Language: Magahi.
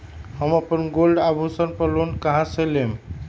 हम अपन गोल्ड आभूषण पर लोन कहां से लेम?